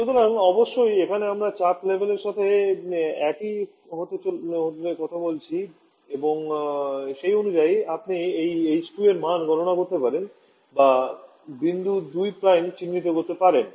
সুতরাং অবশ্যই এখানে আমরা চাপ লেভেলের সাথে একই হতে কথা বলছি এবং সেই অনুযায়ী আপনি এই H 2 এর মান গণনা করতে পারেন বা বিন্দু 2 চিহ্নিত করতে পারেন